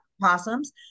possums